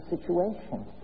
situation